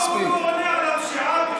למה הוא לא עונה על הפשיעה,